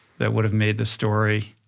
that would have made the story?